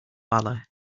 valour